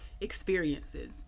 experiences